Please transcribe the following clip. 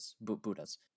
Buddhas